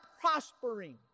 prospering